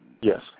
Yes